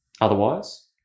Otherwise